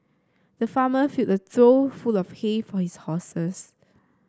the farmer filled a trough full of hay for his horses